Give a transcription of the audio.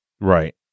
Right